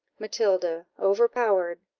matilda, overpowered,